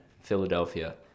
Philadelphia